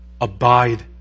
Abide